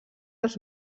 els